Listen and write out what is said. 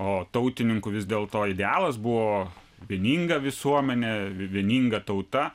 o tautininkų vis dėlto idealas buvo vieninga visuomenė vieninga tauta